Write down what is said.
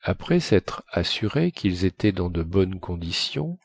après sêtre assuré quils étaient dans de bonnes conditions